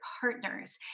partners